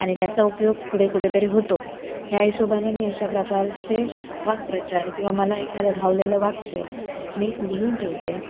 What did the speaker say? आणि त्याचा उपयोग पुढे कुठे तरी होतो ह्या हिशेबाने मी अशा प्रकारचे वाक्प्रचार किंवा मला एखादं भावलेलं वाक्य मी लिहून ठेवते